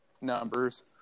numbers